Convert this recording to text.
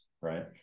right